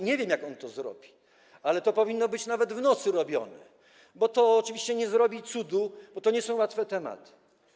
Nie wiem, jak on to zrobi, ale to powinno być nawet w nocy robione, bo to oczywiście nie sprawi cudu, bo to nie są łatwe tematy.